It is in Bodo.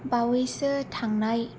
बावैसो थांनाय